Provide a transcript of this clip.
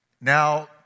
Now